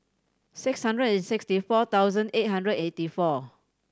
six hundred and sixty four thousand eight hundred and eighty four